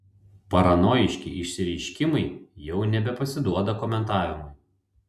paranojiški išsireiškimai jau nebepasiduoda komentavimui